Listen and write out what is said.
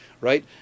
right